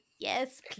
Yes